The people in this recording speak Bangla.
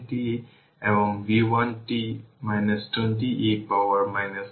সুতরাং আমি শুধু ডেরিভেটিভটি নিই এবং এটি vt 50 e থেকে পাওয়ার 10 t মিলিভোল্ট হয়ে যাবে